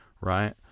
right